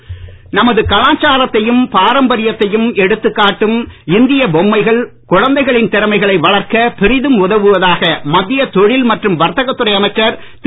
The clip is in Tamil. பொம்மைகண்காட்சி நமது கலாச்சாரத்தையும் பராம்பரியத்தையும் எடுத்து காட்டும் இந்திய பொம்மைகள் குழந்தைகளின் திறமைகளை வளர்க்க பெரிதும் உதவுவதாக மத்திய தொழில் மற்றும் வர்த்தகத்துறை அமைச்சர் திரு